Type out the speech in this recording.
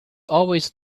always